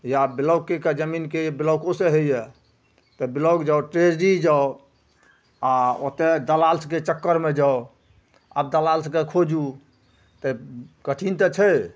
या ब्लॉकके कऽ जमीनके जे ब्लॉकोसे होइ यऽ तऽ ब्लॉक जाउ ट्रेजरी जाउ आओर ओतए दलाल सभके चक्करमे जाउ आब दलाल सभकेँ खोजू तऽ कठिन तऽ छै